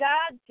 God